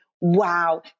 wow